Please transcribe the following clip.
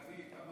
הצעות מס'